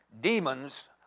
demons